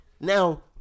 Now